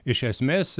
iš esmės